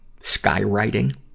skywriting